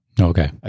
Okay